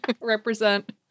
Represent